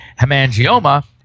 hemangioma